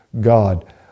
God